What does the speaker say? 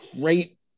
great